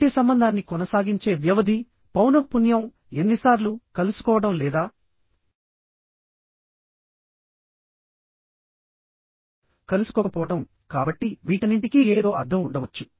కంటి సంబంధాన్ని కొనసాగించే వ్యవధి పౌనఃపున్యం ఎన్నిసార్లు కలుసుకోవడం లేదా కలుసుకోకపోవడం కాబట్టి వీటన్నింటికీ ఏదో అర్థం ఉండవచ్చు